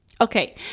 Okay